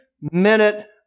minute